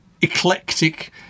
eclectic